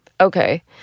Okay